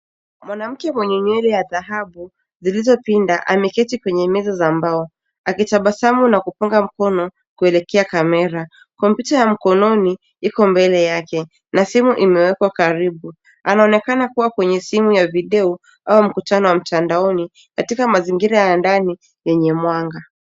Mwanamke mwenye nywele ya dhahabu zilizopinda ameketi kwenye meza za mbao, akitabasamu na kupunga mkono kuelekea camera . Kompyuta ya mkononi iko mbele yake na simu imewekwa karibu. Anaonekana kuwa kwenye simu ya video au mkutano wa mtandaoni katika mazingira ya ndani yenye mwanga.